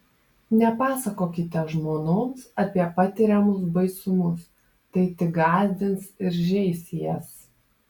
nepasakokite žmonoms apie patiriamus baisumus tai tik gąsdins ir žeis jas